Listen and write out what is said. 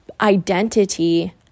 identity